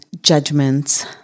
judgments